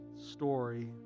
story